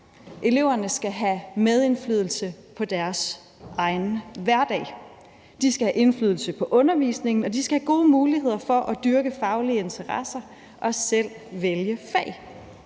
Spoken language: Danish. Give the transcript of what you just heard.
Eleverne skal have medindflydelse på deres egen hverdag. De skal have indflydelse på undervisningen, og de skal have gode muligheder for at dyrke faglige interesser og selv vælge fag.